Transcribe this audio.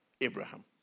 Abraham